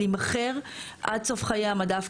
להימכר עד סוף חיי המדף.